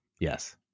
Yes